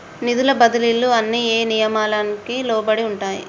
నిధుల బదిలీలు అన్ని ఏ నియామకానికి లోబడి ఉంటాయి?